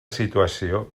situació